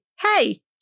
hey